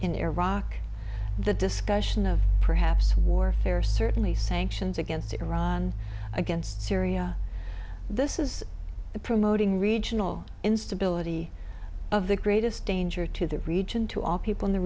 in iraq the discussion of perhaps warfare certainly sanctions against iran against syria this is the promoting regional instability of the greatest danger to the region to all people in the